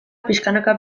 pixkanaka